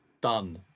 done